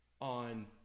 on